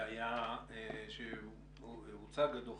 שהוצג דוח